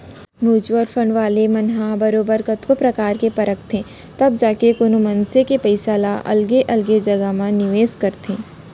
mutual fund वाले मन ह बरोबर कतको परकार ले परखथें तब जाके कोनो मनसे के पइसा ल अलगे अलगे जघा म निवेस करथे